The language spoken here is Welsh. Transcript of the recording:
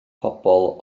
pobl